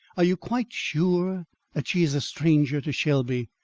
are you quite sure that she is a stranger to shelby?